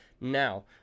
Now